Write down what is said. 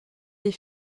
des